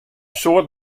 soad